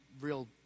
real